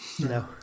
No